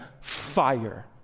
fire